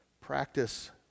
Practice